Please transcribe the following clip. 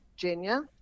Virginia